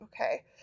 Okay